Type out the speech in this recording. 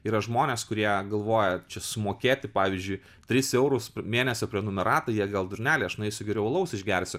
yra žmonės kurie galvoja čia sumokėti pavyzdžiui tris eurus mėnesio prenumeratai jie gal durneliai aš nueisiu geriau alaus išgersiu